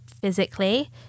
physically